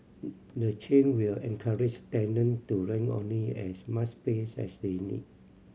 the change will encourage tenant to rent only as much pace as they need